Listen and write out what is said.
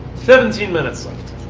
seventeen minutes left.